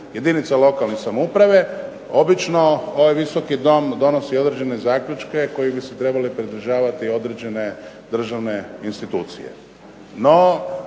jedinica lokalne samouprave, obično ovaj Visoki dom donosi određene zaključke kojih bi se trebale pridržavati određene državne institucije.